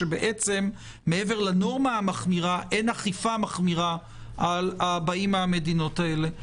שבעצם מעבר לנורמה המחמירה אין אכיפה מחמירה על הבאים מהמדינות האלה.